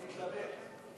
אני מתלבט.